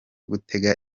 gutega